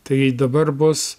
tai dabar bus